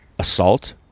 assault